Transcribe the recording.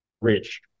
rich